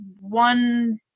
one